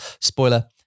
spoiler